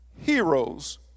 heroes